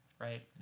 right